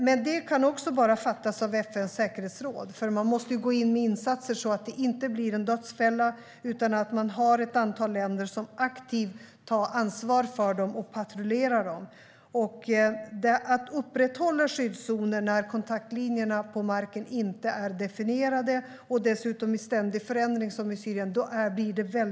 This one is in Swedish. Detta beslut kan dock också bara fattas av FN:s säkerhetsråd. Man måste gå in med insatser så att det inte blir en dödsfälla. Man måste ha ett antal länder som aktivt tar ansvar för och patrullerar områdena. Det blir väldigt svårt att upprätthålla skyddszoner när kontaktlinjerna på marken inte är definierade och dessutom i ständig förändring, som i Syrien.